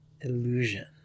illusion